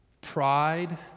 pride